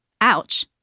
Ouch